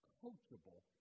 coachable